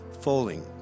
falling